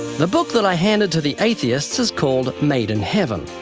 the book that i handed to the atheists is called, made in heaven,